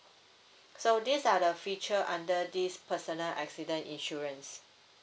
so these are the feature under this personal accident insurance